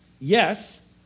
yes